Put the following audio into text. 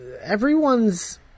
everyone's